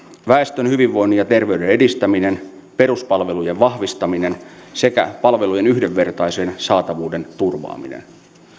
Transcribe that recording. väestön hyvinvoinnin ja terveyden edistäminen peruspalvelujen vahvistaminen sekä palvelujen yhdenvertaisen saatavuuden turvaaminen